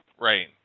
Right